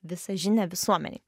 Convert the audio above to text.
visą žinią visuomenei